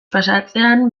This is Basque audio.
pasatzean